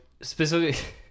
specifically